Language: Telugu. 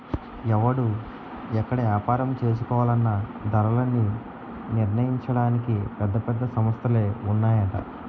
ఎవడు ఎక్కడ ఏపారం చేసుకోవాలన్నా ధరలన్నీ నిర్ణయించడానికి పెద్ద పెద్ద సంస్థలే ఉన్నాయట